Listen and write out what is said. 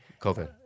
COVID